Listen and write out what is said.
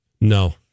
No